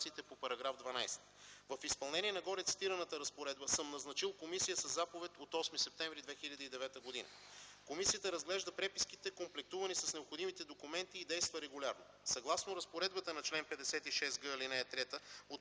Съгласно разпоредбата на чл. 56г, ал. 3